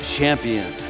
Champion